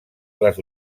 les